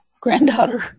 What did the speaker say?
granddaughter